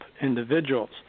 individuals